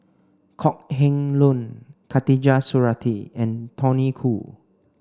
Kok Heng Leun Khatijah Surattee and Tony Khoo